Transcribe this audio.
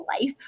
life